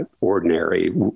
ordinary